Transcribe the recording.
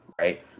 right